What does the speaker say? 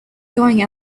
going